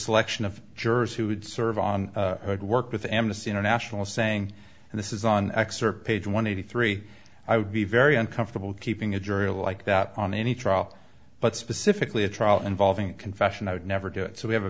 selection of jurors who would serve on a good work with amnesty international saying and this is on excerpt page one eighty three i would be very uncomfortable keeping a journal like that on any trial but specifically a trial involving confession i would never do it so we have a